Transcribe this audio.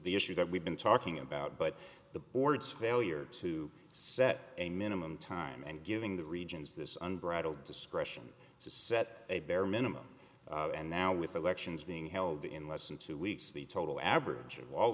the issue that we've been talking about but the board's failure to set a minimum time and giving the regions this unbridled discretion to set a bare minimum and now with elections being held in less than two weeks the total average